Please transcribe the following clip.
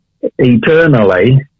eternally